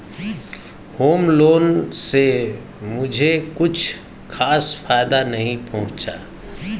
home loan से मुझे कुछ खास फायदा नहीं पहुंचा